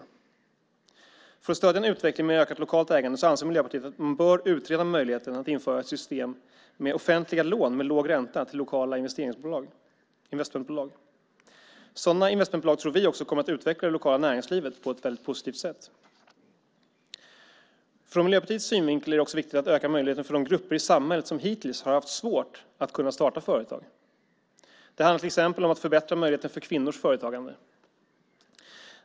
För att stödja en utveckling med ökat lokalt ägande anser Miljöpartiet att man bör utreda möjligheten att införa ett system med offentliga lån med låg ränta till lokala investmentbolag. Sådana investmentbolag tror vi kommer att utveckla det lokala näringslivet på ett väldigt positivt sätt. Från Miljöpartiets synvinkel är det också viktigt att öka möjligheten för de grupper i samhället som hittills har haft svårt att kunna starta företag. Det handlar till exempel om att förbättra möjligheten för kvinnors företagande.